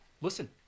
Listen